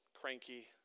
cranky